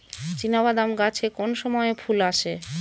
চিনাবাদাম গাছে কোন সময়ে ফুল আসে?